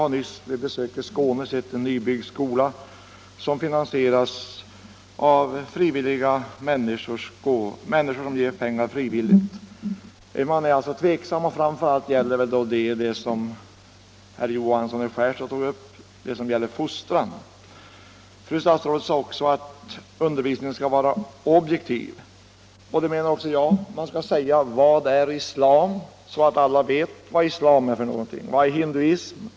Vi har nyligen vid besök i Skåne sett en nybyggd skola som finansieras av människor som ger pengar frivilligt. Man är alltså tveksam, och framför allt när det gäller den sorts fostran som herr Johansson i Skärstad tog upp. Fru statsrådet sade också att undervisningen skall vara objektiv, och det menar också jag. Man skall säga: Vad är islam? — så att alla vet vad islam är för någonting. Vad är hinduism?